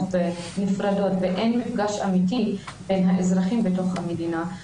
ונפרדות ואין מפגש אמיתי בין האזרחים במדינה,